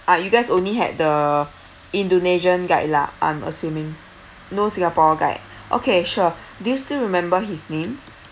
ah you guys only had the indonesian guide lah I'm assuming no singapore guide okay sure do you still remember his name